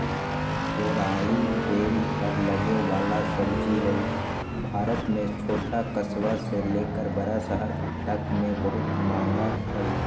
तोरई बेल पर लगे वला सब्जी हई, भारत में छोट कस्बा से लेकर बड़ा शहर तक मे बहुत मांग हई